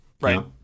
right